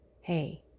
hey